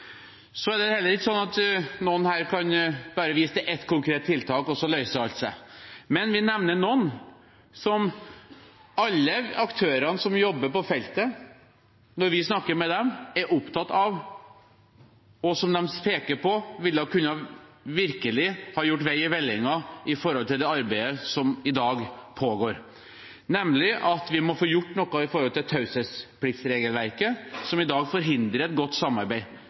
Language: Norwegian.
kan vise til ett konkret tiltak, og så løser alt seg. Men vi nevner noe som alle aktørene som jobber på feltet, er opptatt av når vi snakker med dem, og som de peker på virkelig ville gjort vei i vellinga med tanke på det arbeidet som i dag pågår, nemlig at vi må få gjort noe med taushetspliktregelverket, som i dag forhindrer et godt samarbeid.